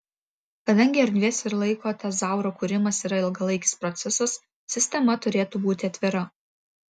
kadangi erdvės ir laiko tezauro kūrimas yra ilgalaikis procesas sistema turėtų būti atvira